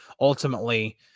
ultimately